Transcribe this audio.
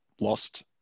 lost